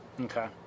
Okay